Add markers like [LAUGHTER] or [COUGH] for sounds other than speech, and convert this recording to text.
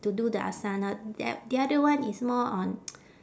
to do the asana the the other one is more on [NOISE]